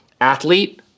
Athlete